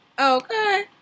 Okay